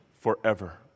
forever